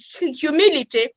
humility